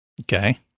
Okay